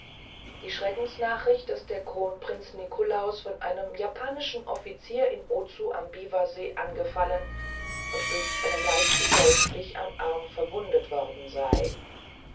die schreckensnachricht daß der kronprinz nikolaus von einem japanischen polizisten in ozu am biwasee angefallen und durch einen leichten dolchstich am arm verwundet worden sei